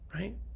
Right